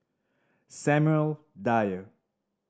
Samuel Dyer